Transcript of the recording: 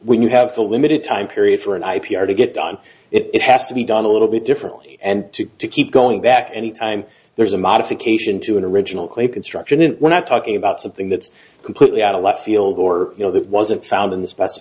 when you have the limited time period for an i p o to get done it has to be done a little bit differently and to to keep going back anytime there's a modification to an original claim construction and we're not talking about something that's completely out of left field or you know that wasn't found in the speci